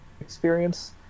experience